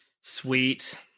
Sweet